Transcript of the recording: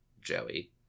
joey